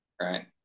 right